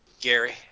Gary